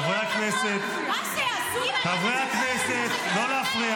--- חברת הכנסת לזימי, קריאה שלישית, נא לצאת.